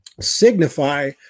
signify